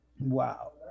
wow